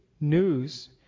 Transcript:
news